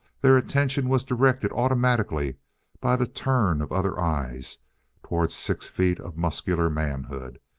their attention was directed automatically by the turn of other eyes toward six feet of muscular manhood,